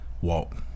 walk